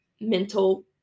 mental